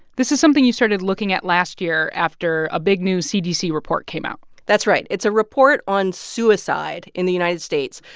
this is something you started looking at last year after a big new cdc report came out that's right. it's a report on suicide in the united states.